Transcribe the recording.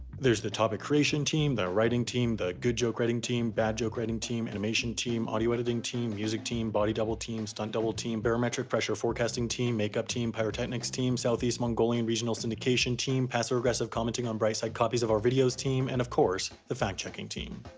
there's the topic creation team, the writing team, the good joke writing team, bad joke writing team, animation team, audio editing team, music team, body-double team, stunt-double team, barometric pressure forecasting team, makeup team, pyrotechnics team, south-east mongolian regional syndication team, passive-aggressive commenting on brightside copies of our videos team, and of course, the factchecking team.